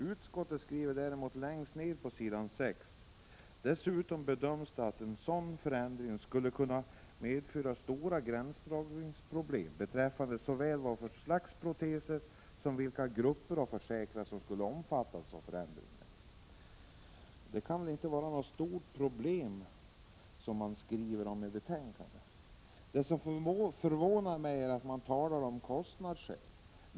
Utskottet skriver däremot, med början längst ned på s. 6: ”Dessutom bedömdes att en sådan förändring skulle kunna medföra stora gränsdragningsproblem beträffande såväl vilka slag av proteser som vilka grupper av försäkrade som skulle omfattas av förändringen.” Men det kan ju inte vara något stort problem, som man skriver. Det förvånar mig att man skriver på detta sätt i fråga om kostnadsskäl.